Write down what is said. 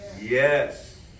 yes